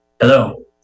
Hello